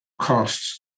costs